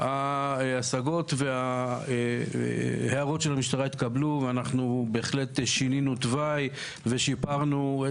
ההשגות וההערות של המשטרה התקבלו ובהחלט שינינו תוואי ושיפרנו.